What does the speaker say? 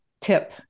tip